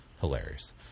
hilarious